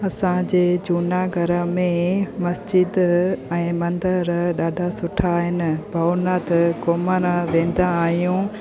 असांजे जूनागढ़ में मस्जिद ऐं मंदर ॾाढा सुठा आहिनि भवनाथ घुमणु वेंदा आहियूं